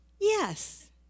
yes